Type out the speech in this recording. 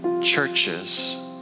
churches